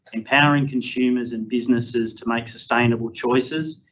empowering consumers and businesses to make sustainable choices,